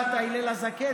מה, אתה הלל הזקן?